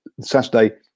Saturday